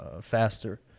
faster